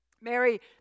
Mary